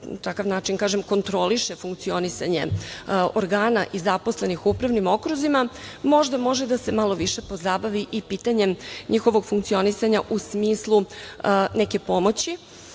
da kažem, kontroliše funkcionisanje organa i zaposlenih u upravnim okruzima, možda može da se malo više pozabavi i pitanjem njihovog funkcionisanja u smislu neke pomoći.